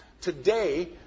Today